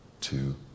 two